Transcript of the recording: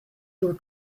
your